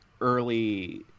early